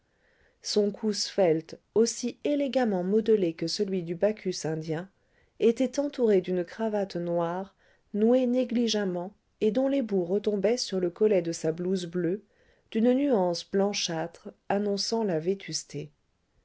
son cou svelte aussi élégamment modelé que celui du bacchus indien était entouré d'une cravate noire nouée négligemment et dont les bouts retombaient sur le collet de sa blouse bleue d'une nuance blanchâtre annonçant la vétusté